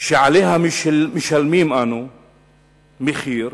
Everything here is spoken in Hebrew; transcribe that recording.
שעליה משלמים אנו מחיר,